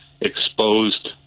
exposed